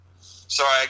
Sorry